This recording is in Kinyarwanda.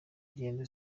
ingendo